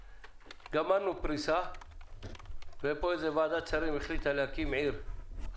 גמרנו פריסה ופה איזו ועדת שרים החליטה להקים עיר חדשה.